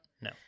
no